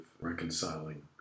reconciling